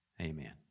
Amen